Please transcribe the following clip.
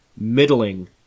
middling